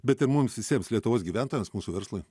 bet ir mums visiems lietuvos gyventojams mūsų verslui